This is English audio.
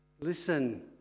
Listen